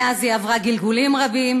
מאז היא עברה גלגולים רבים,